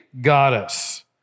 goddess